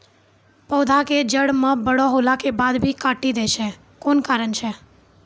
पौधा के जड़ म बड़ो होला के बाद भी काटी दै छै कोन कारण छै?